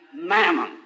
mammon